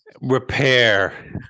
repair